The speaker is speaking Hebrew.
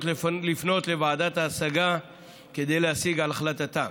לפנות לוועדת ההשגה כדי להשיג על החלטתם.